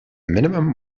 minimum